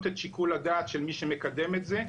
את שיקול הדעת של מי שמקדם את זה,